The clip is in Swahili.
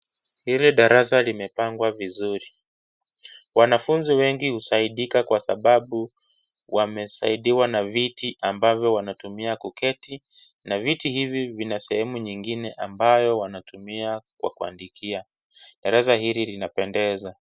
Hili darasa limepangwa vizuri . Wanafunzi wengi husaidika kwa sababau wamesaidiwa na viti ambavyo wanatumia kuketi na viti hivi vina sehemu nyingine ambayo wanatumia kwa kuandikia. Darasa hili linapendeza.